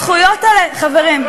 הזכויות האלה, חברים,